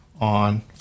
on